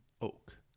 Oak